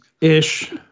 Ish